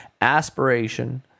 aspiration